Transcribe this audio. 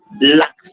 luck